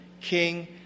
king